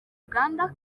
uganda